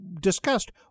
discussed